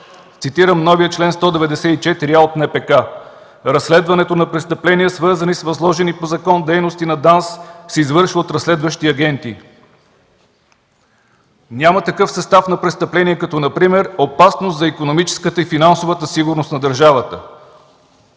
Цитирам новия чл. 194а от НПК: „Разследването на престъпления, свързани с възложени по закон дейности на ДАНС, се извършва от разследващи агенти.” Няма такъв състав на престъпление, като например „опасност за икономическата и финансовата сигурност на държавата”.